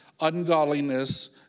ungodliness